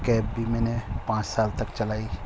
cab بھی میں نے پانچ سال تک چلائی